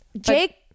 jake